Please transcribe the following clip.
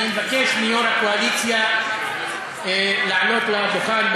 אני מבקש מיו"ר הקואליציה לעלות לדוכן,